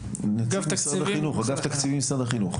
נציג אגף תקציבים במשרד החינוך,